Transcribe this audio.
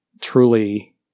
truly